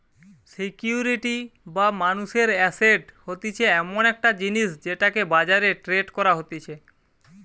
security বা মানুষের asset হতিছে এমন একটা জিনিস যেটাকে বাজারে ট্রেড করা যাতিছে